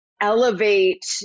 elevate